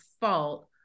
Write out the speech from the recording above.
fault